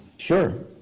Sure